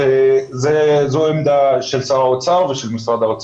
זו בעיה של שר האוצר ושל משרד האוצר.